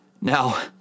Now